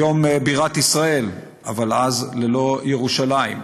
היום בירת ישראל, אבל אז ללא ירושלים.